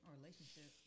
relationship